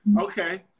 Okay